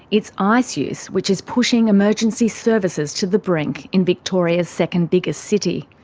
it's ice use which is pushing emergency services to the brink in victoria's second biggest city.